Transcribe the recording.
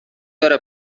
داره